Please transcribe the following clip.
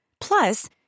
Plus